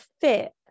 fit